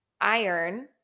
iron